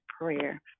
prayer